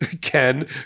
Ken